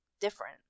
different